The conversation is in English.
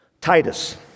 Titus